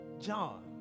John